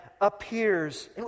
appears